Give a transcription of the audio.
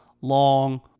long